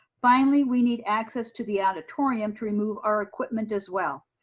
finally, we need access to the auditorium to remove our equipment as well.